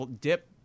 dip –